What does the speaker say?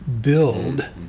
build